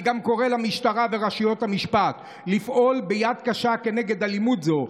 אני גם קורא למשטרה ולרשויות המשפט לפעול ביד קשה נגד אלימות זו,